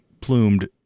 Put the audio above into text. plumed